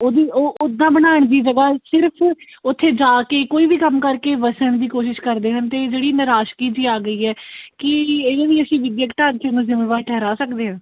ਉਹਦੀ ਉਹ ਉੱਦਾਂ ਬਣਾਉਣ ਦੀ ਜਗ੍ਹਾ ਸਿਰਫ ਉੱਥੇ ਜਾ ਕੇ ਕੋਈ ਵੀ ਕੰਮ ਕਰਕੇ ਵਸਣ ਦੀ ਕੋਸ਼ਿਸ਼ ਕਰਦੇ ਹਨ ਅਤੇ ਜਿਹੜੀ ਨਿਰਾਸ਼ਕੀ ਜੀ ਆ ਗਈ ਹੈ ਕੀ ਇਹ ਵੀ ਅਸੀਂ ਵਿੱਦਿਅਕ ਢਾਂਚੇ ਨੂੰ ਜ਼ਿੰਮੇਵਾਰ ਠਹਿਰਾ ਸਕਦੇ ਹਾਂ